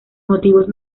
motivos